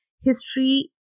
History